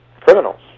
criminals